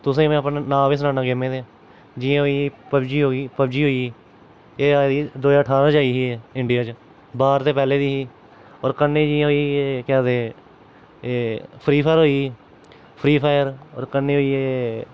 तुसेंईं में अपना नांऽ बी सनाना गेमें दे जियां होई पबजी होई पबजी होई गेई एह् आई दी दो ज्हार ठारां च आई ही एह् इंडिया च बाह्र ते पैह्ले दी ही होर कन्नै जियां होई गेई एह् केह् आखदे एह फ्री फायर होई गेई फ्री फायर होर कन्नै होई गेई एह्